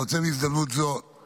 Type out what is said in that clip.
בהזדמנות זו אני